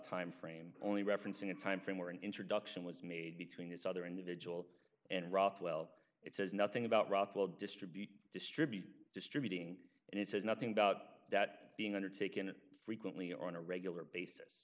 timeframe only referencing a time frame where an introduction was made between these other individual and rothwell it says nothing about rock will distribute distribute distributing and it says nothing about that being undertaken frequently on a regular basis